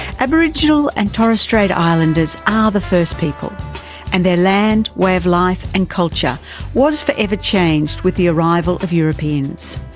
aborigines and torres strait islanders are ah the first people and their land, way of life and culture was forever changed with the arrival of europeans.